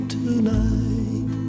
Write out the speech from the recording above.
tonight